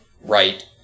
right